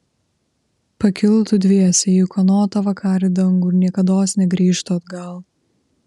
pakiltų dviese į ūkanotą vakarį dangų ir niekados negrįžtų atgal